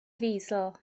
ddiesel